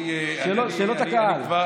שאלת הקהל.